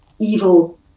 evil